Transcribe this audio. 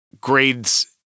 grades